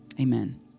Amen